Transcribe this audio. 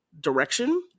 direction